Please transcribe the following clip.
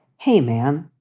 hey, man